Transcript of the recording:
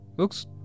looks